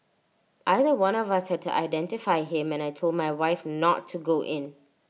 either one of us had to identify him and I Told my wife not to go in